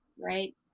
right